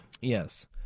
yes